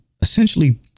essentially